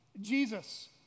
Jesus